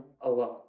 alone